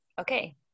okay